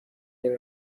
این